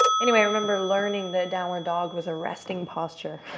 anyway, i remember learning the downward dog was a resting posture